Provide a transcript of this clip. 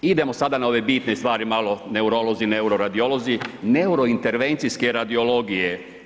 Idemo sada na ove bitne stvari malo neurolozi, neuroradiolozi, neurointervencijske radiologije.